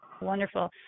Wonderful